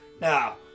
Now